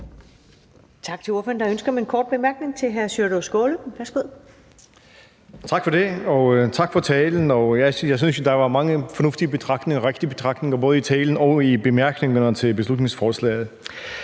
Tak til ordføreren. Der er ønske om en kort bemærkning fra hr. Sjúrður Skaale. Værsgo. Kl. 17:00 Sjúrður Skaale (JF): Tak for det. Og tak for talen. Jeg synes jo, der var mange fornuftige og rigtige betragtninger, både i talen og i bemærkningerne til beslutningsforslaget.